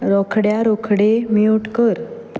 रोखड्या रोखडें म्यूट कर